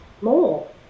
more